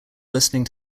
listening